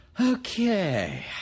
Okay